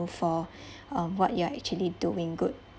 for uh what you are actually doing good